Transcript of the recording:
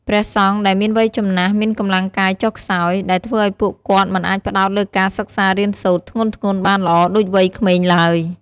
ព្រះសង្ឃដែលមានវ័យចំណាស់ មានកម្លាំងកាយចុះខ្សោយ ដែលធ្វើឱ្យពួកគាត់មិនអាចផ្តោតលើការសិក្សារៀនសូត្រធ្ងន់ៗបានល្អដូចវ័យក្មេងឡើយ។